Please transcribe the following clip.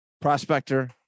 Prospector